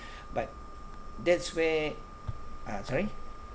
but that's where ah sorry